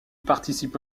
participe